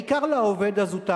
בעיקר לעובד הזוטר,